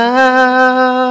now